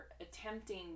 attempting